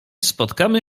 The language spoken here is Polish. spotkamy